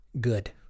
Good